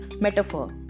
metaphor